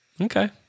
Okay